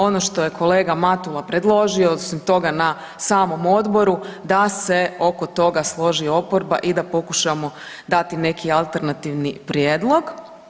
Ono što je kolega Matula predložio osim toga na samom odboru da se oko toga složi oporba i da pokušao dati neki alternativni prijedlog.